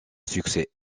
succès